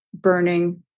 burning